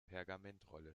pergamentrolle